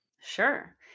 Sure